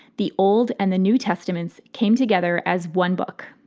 the old and the new testaments came together as one book.